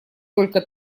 только